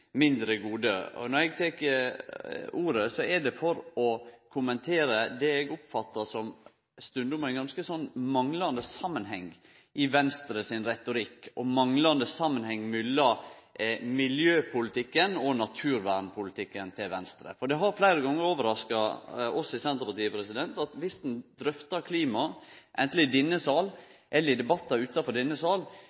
det for å kommentere det eg stundom oppfattar som ein manglande samanheng i Venstre sin retorikk og ein manglande samanheng mellom miljøpolitikken og naturvernpolitikken til Venstre. Det har fleire gonger overraska oss i Senterpartiet at når ein drøftar klima, anten i denne